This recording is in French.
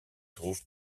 trouve